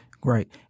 Great